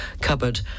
cupboard